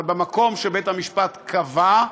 אבל במקום שבית-המשפט קבע,